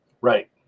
Right